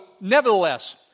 nevertheless